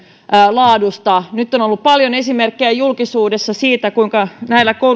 laadusta nyt on ollut paljon esimerkkejä julkisuudessa siitä kuinka näillä